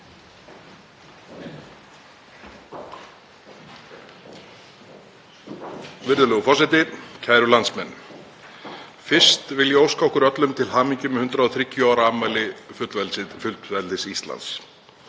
Virðulegur forseti. Kæru landsmenn. Fyrst vil ég óska okkur öllum til hamingju með 103 ára afmæli fullveldis Íslands.